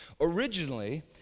originally